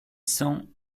cents